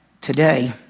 Today